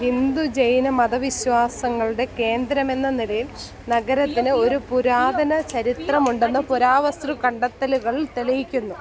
ഹിന്ദു ജൈന മതവിശ്വാസങ്ങളുടെ കേന്ദ്രമെന്ന നിലയിൽ നഗരത്തിന് ഒരു പുരാതന ചരിത്രമുണ്ടെന്ന് പുരാവസ്തു കണ്ടെത്തലുകൾ തെളിയിക്കുന്നു